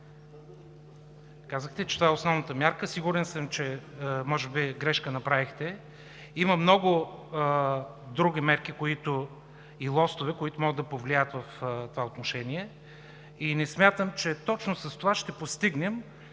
Казахте, че това е основната мярка, сигурен съм, че може би направихте грешка. Има много други мерки и лостове, които могат да повлияят в това отношение и не смятам, че точно с това ще постигнем